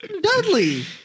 Dudley